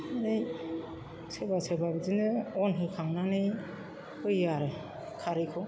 ओमफ्राय सोरबा सोरबा बिदिनो अन होखांनानै होयो आरो खारैखौ